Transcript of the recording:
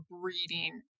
breeding